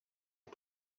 ubu